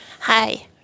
Hi